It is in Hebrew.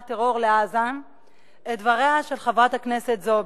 טרור לעזה את דבריה של חברת הכנסת זועבי.